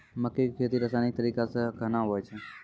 मक्के की खेती रसायनिक तरीका से कहना हुआ छ?